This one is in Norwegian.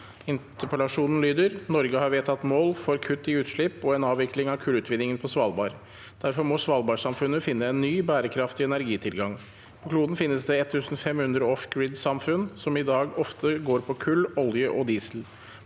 energiministeren: «Norge har vedtatt mål for kutt i utslipp og en avvik- ling av kullutvinningen på Svalbard. Derfor må sval- bardsamfunnet finne en ny, bærekraftig energitilgang. På kloden finnes det 1 500 off-grid-samfunn, som i dag ofte går på kull, olje og diesel.